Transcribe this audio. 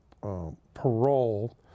parole